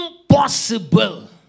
impossible